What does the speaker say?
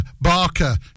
Barker